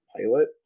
pilot